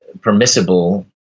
permissible